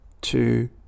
two